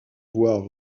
voir